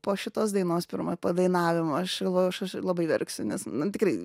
po šitos dainos pirmo padainavimo aš galvojau aš labai verksiu nes nu tikrai